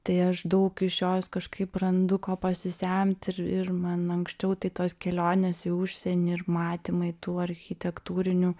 tai aš daug iš jos kažkaip randu ko pasisemt ir ir man anksčiau tai tos kelionės į užsienį ir matymai tų architektūrinių